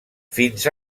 fins